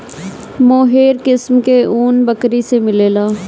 मोहेर किस्म के ऊन बकरी से मिलेला